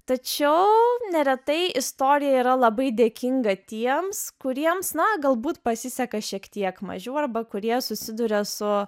tačiau neretai istorija yra labai dėkinga tiems kuriems na galbūt pasiseka šiek tiek mažiau arba kurie susiduria su